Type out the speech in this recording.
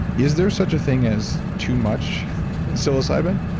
is there such a thing as too much psilocybin?